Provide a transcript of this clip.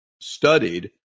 studied